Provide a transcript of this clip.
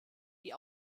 die